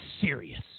serious